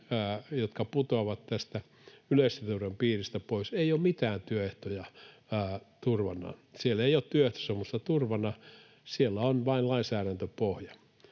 jotka putoavat tästä yleissitovuuden piiristä pois, ei ole mitään työehtoja turvanaan. Siellä ei ole työehtosopimusta turvana, siellä on vain lainsäädäntöpohja.